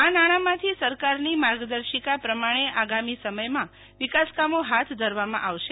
આ નાણામાંથી સરકારની માર્ગદર્શિકા પ્રમાણે આગામી સમયમાં વિકાસકામો હાથ ધરવામાં આવશે